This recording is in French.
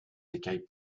écailles